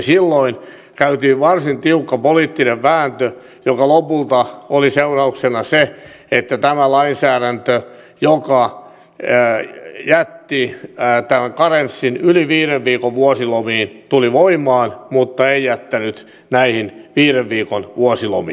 silloin käytiin varsin tiukka poliittinen vääntö jonka seurauksena lopulta oli se että tuli voimaan tämä lainsäädäntö joka jätti tämän karenssin yli viiden viikon vuosilomiin mutta ei jättänyt näihin viiden viikon vuosilomiin